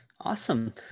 awesome